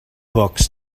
books